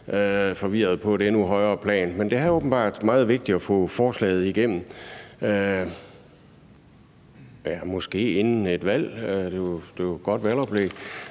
forvirret på et endnu højere plan. Men det er åbenbart meget vigtigt at få forslaget igennem – måske inden et valg; det er jo et godt valgoplæg.